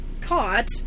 caught